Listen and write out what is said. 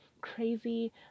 crazy